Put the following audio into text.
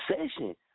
session